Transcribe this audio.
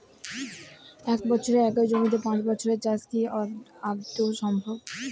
এক বছরে একই জমিতে পাঁচ ফসলের চাষ কি আদৌ সম্ভব?